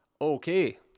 okay